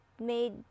made